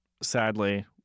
sadly